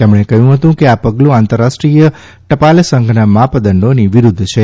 તેમણે કહ્યું કે આ પગલું આંતરરાષ્ટ્રીય ટપાલ સંઘના માપદંડોની વિરૂદ્વ છે